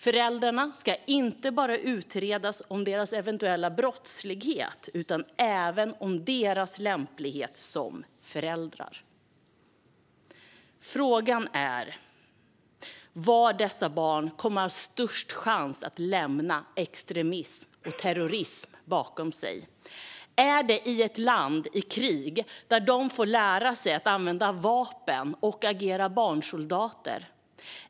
Föräldrarna ska inte bara utredas för sin eventuella brottslighet utan även för sin lämplighet som föräldrar. Frågan är var dessa barn kommer att ha störst chans att lämna extremism och terrorism bakom sig. Är det i ett land i krig där de får lära sig att använda vapen och agera barnsoldater?